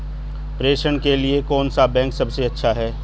प्रेषण के लिए कौन सा बैंक सबसे अच्छा है?